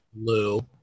Lou